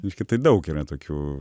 reiškia tai daug yra tokių